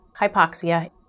hypoxia